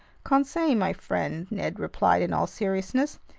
conseil my friend, ned replied in all seriousness,